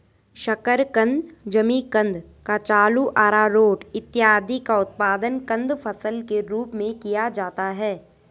शकरकंद, जिमीकंद, कचालू, आरारोट इत्यादि का उत्पादन कंद फसल के रूप में किया जाता है